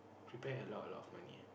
prepare a lot a lot of money ah